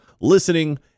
listening